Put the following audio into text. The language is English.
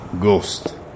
Ghost